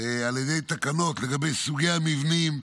על ידי תקנות לגבי סוגי המבנים,